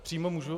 Přímo můžu?